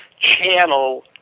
channel